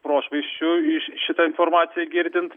prošvaisčių iš šitą informaciją girdint